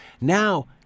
Now